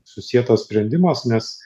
susietas sprendimas nes